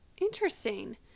Interesting